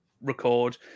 record